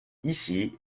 ici